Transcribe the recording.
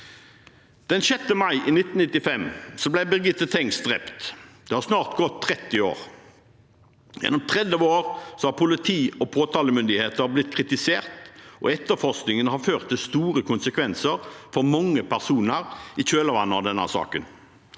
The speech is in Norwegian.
Den 6. mai i 1995 ble Birgitte Tengs drept – det har snart gått 30 år. Gjennom 30 år har politi og påtalemyndigheter blitt kritisert, og etterforskningen har ført til store konsekvenser for mange personer i kjølvannet av denne saken.